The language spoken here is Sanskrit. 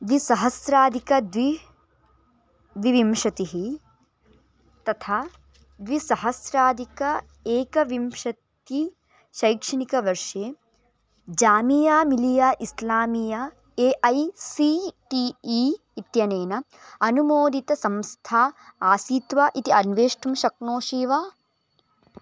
द्विसहस्राधिकं द्वाविंशतिः तथा द्विसहस्राधिकम् एकविंशतिशैक्षणिकवर्षे Jamia Millia Islamia A I C T E इत्यनेन अनुमोदितसंस्था आसीत् वा इति अन्वेष्टुं शक्नोषि वा